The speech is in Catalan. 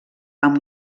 amb